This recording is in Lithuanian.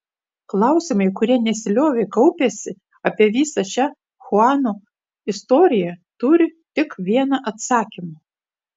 klausimai kurie nesiliovė kaupęsi apie visą šią chuano istoriją turi tik vieną atsakymą